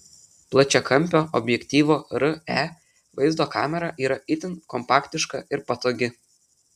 plačiakampio objektyvo re vaizdo kamera yra itin kompaktiška ir patogi